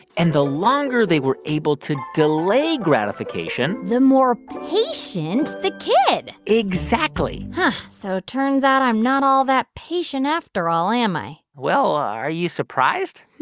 and the longer they were able to delay gratification. the more patient the kid exactly huh. so it turns out i'm not all that patient after all, am i? well, are you surprised?